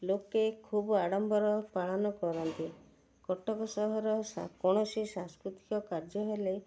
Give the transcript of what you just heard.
ଲୋକେ ଖୁବ୍ ଆଡ଼ମ୍ବର ପାଳନ କରନ୍ତି କଟକ ସହର କୌଣସି ସାଂସ୍କୃତିକ କାର୍ଯ୍ୟ ହେଲେ